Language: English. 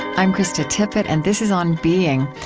i'm krista tippett, and this is on being.